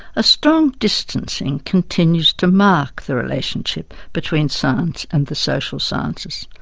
a strong distancing continues to mark the relationship between science and the social sciences.